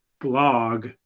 blog